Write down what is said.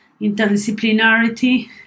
interdisciplinarity